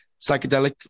Psychedelic